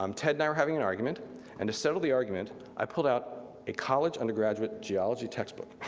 um ted and i were having an argument and to settle the argument, i pulled out a college undergraduate geology textbook.